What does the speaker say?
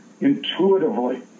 intuitively